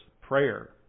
prayer